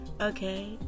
Okay